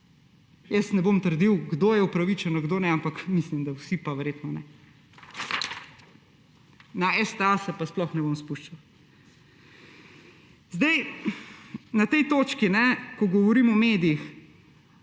Ne bom trdil, kdo je upravičen in kdo ne, ampak mislim, da vsi pa verjetno ne. V STA se pa sploh ne bom spuščal. Na tej točki, ko govorim o medijih,